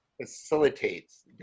facilitates